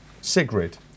Sigrid